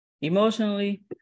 emotionally